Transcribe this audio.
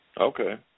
Okay